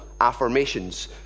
affirmations